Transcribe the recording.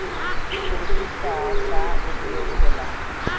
खुरपी का का उपयोग होला?